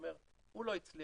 אומר 'הוא לא הצליח,